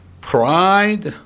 Pride